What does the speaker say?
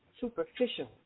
superficial